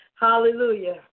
Hallelujah